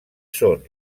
són